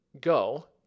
go